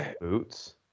boots